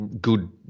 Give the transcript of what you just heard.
good